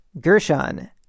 Gershon